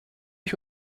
ich